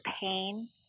pain